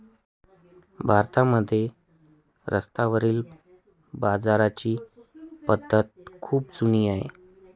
भारतामध्ये रस्त्यावरील बाजाराची पद्धत खूप जुनी आहे